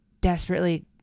desperately